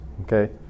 Okay